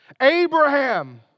Abraham